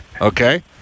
okay